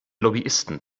lobbyisten